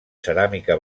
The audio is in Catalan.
ceràmica